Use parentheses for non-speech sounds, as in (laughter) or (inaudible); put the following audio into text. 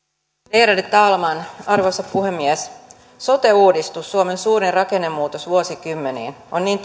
värderade talman arvoisa puhemies sote uudistus suomen suurin rakennemuutos vuosikymmeniin on niin (unintelligible)